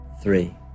three